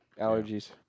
Allergies